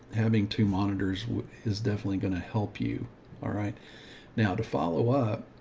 having two monitors is definitely going to help you all right now to follow up.